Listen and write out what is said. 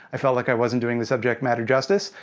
i felt like i wasn't doing the subject matter justice.